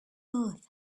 earth